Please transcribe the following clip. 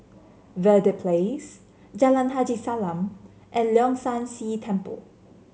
Verde Place Jalan Haji Salam and Leong San See Temple